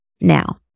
Now